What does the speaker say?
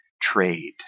trade